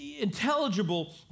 intelligible